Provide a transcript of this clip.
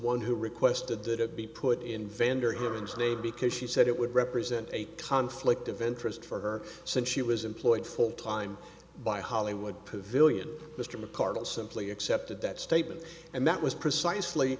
one who requested that it be put in vanderhoof day because she said it would represent a conflict of interest for her since she was employed full time by hollywood pavillion mr mcardle simply accepted that statement and that was precisely